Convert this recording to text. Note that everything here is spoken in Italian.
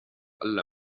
alla